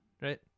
right